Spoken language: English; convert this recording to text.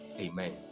Amen